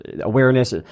awareness